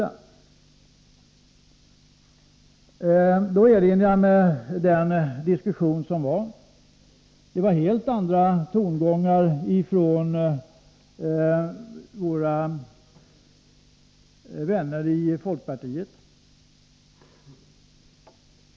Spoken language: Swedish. Jag erinrar mig diskussionen då. Det var helt andra tongångar från våra vänner i folkpartiet.